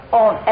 on